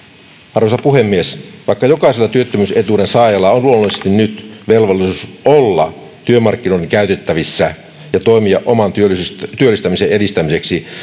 arvoisa puhemies vaikka jokaisella työttömyysetuuden saajalla on nyt luonnollisesti velvollisuus olla työmarkkinoiden käytettävissä ja toimia oman työllistymisen työllistymisen edistämiseksi